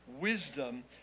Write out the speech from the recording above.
wisdom